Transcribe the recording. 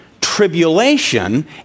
Tribulation